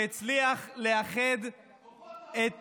שהצליח לאחד את